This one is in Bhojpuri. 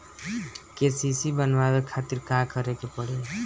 के.सी.सी बनवावे खातिर का करे के पड़ी?